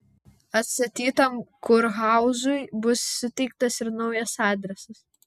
atstatytam kurhauzui bus suteiktas ir naujas adresas